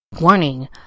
Warning